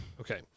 Okay